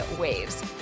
waves